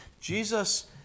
Jesus